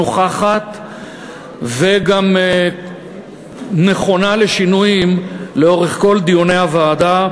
נוכחת וגם נכונה לשינויים לאורך כל דיוני הוועדה.